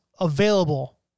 available